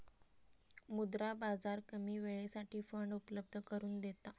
मुद्रा बाजार कमी वेळेसाठी फंड उपलब्ध करून देता